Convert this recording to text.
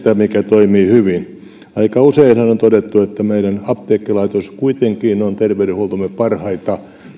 mikä toimii hyvin aika useinhan on todettu että meidän apteekkilaitoksemme kuitenkin on terveydenhuoltomme parhaiten